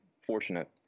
fortunate